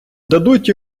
дадуть